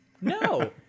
no